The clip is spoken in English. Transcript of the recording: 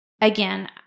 again